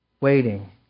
waiting